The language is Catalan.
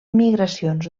migracions